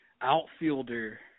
outfielder